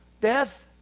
Death